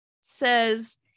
says